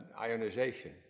ionization